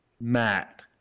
Matt